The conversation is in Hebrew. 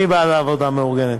אני בעד עבודה מאורגנת.